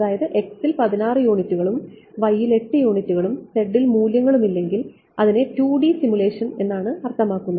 അതായത് x ൽ 16 യൂണിറ്റുകളും y ൽ 8 യൂണിറ്റുകളും z ൽ മൂല്യങ്ങളും ഇല്ലെങ്കിൽ അതിനെ 2D സിമുലേഷൻ എന്നാണ് അർത്ഥമാക്കുന്നത്